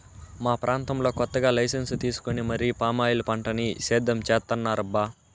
మా ప్రాంతంలో కొత్తగా లైసెన్సు తీసుకొని మరీ పామాయిల్ పంటని సేద్యం చేత్తన్నారబ్బా